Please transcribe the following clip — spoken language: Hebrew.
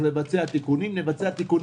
לבצע תיקונים אחר כך, נבצע תיקונים.